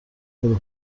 خیلی